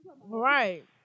Right